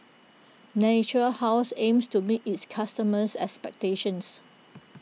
Natura House aims to meet its customers' expectations